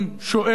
בצדק,